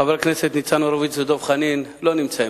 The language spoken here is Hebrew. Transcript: חברי הכנסת ניצן הורוביץ ודב חנין לא נמצאים,